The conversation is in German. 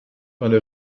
eine